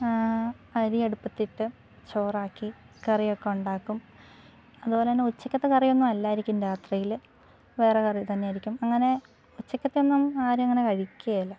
അരി അടുപ്പത്തിട്ട് ചോറാക്കി കറി ഒക്കെ ഉണ്ടാക്കും അതുപോലെതന്നെ ഉച്ചക്കത്തെ കറിയൊന്നും അല്ലായിരിക്കും രാത്രിയിൽ വേറെ കറി തന്നെ ആയിരിക്കും അങ്ങനെ ഉച്ചക്കത്തെ ഒന്നും ആരും അങ്ങനെ കഴിക്കില്ല